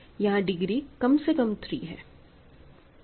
यहां डिग्री कम से कम 3 है